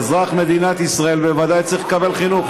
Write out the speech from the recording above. אזרח מדינת ישראל בוודאי צריך לקבל חינוך.